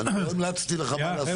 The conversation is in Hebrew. לא המלצתי לך מה לעשות.